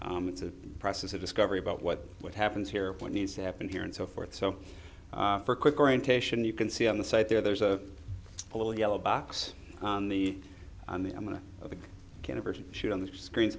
it's a process of discovery about what what happens here what needs to happen here and so forth so for quick orientation you can see on the site there there's a little yellow box on the can a version sheet on the screen